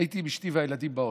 הייתי עם אשתי והילדים באוטו,